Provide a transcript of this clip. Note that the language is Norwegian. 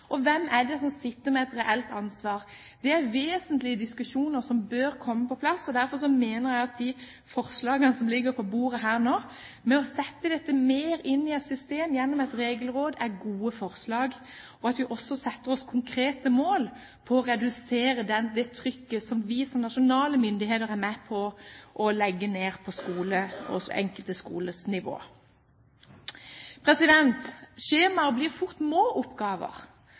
Og hvem er det som sitter med et reelt ansvar? Dette er vesentlig i diskusjoner og bør komme på plass. Derfor mener jeg at det forslaget som ligger på bordet her nå om å sette dette mer i system gjennom et «regelråd», er et godt forslag, og også at vi setter oss konkrete mål for å redusere det trykket som vi som nasjonale myndigheter er med på å legge på den enkelte skolens nivå. Skjemaer blir fort må-oppgaver, for de må